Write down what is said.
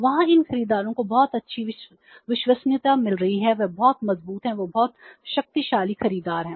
वहाँ इन खरीदारों को बहुत अच्छी विश्वसनीयता मिल रही है वे बहुत मजबूत हैं वे बहुत शक्तिशाली खरीदार हैं